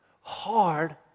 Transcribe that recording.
hard